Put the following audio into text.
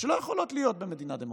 שלא יכולות להיות במדינה דמוקרטית.